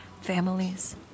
families